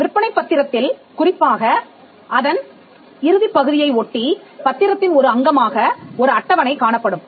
விற்பனைப் பத்திரத்தில் குறிப்பாக அதன் இறுதிப் பகுதியை ஒட்டி பத்திரத்தின் ஒரு அங்கமாக ஒரு அட்டவணை காணப்படும்